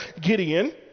Gideon